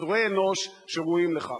יצורי אנוש, שראויים לכך.